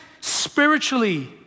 spiritually